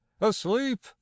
asleep